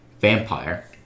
vampire